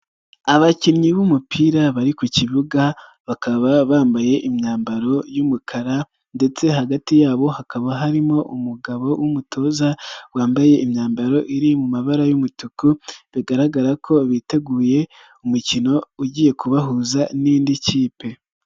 Abakinnyi b'umupira bari ku kibuga bakaba bambaye imyambaro y'umukara ndetse hagati yabo hakaba harimo umugabo w'umutoza wambaye imyambaro iri mu mabara y'umutuku, bigaragara ko biteguye umukino ugiye kubahuza n'indi kipe.